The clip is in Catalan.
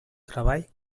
treball